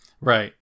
Right